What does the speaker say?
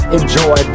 enjoy